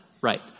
right